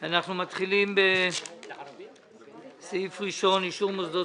אנחנו מתחילים בסעיף ראשון: אישור מוסדות